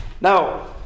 Now